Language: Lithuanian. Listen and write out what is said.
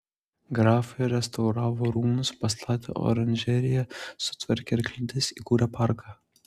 grafai restauravo rūmus pastatė oranžeriją sutvarkė arklides įkūrė parką